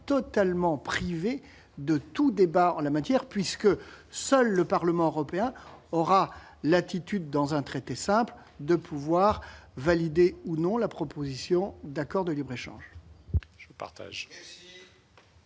il sera privé de tout débat en la matière. En effet, seul le Parlement européen aura la latitude, dans un traité simple, de valider ou non la proposition d'accord de libre-échange.